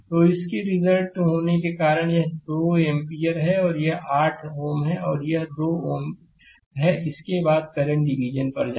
तो इस के रिजल्टेंट होने के कारण यह 2 एम्पीयर है और यह 8 Ω है यह 2 Ω है इसके बाद करंट डिवीजन पर जाएं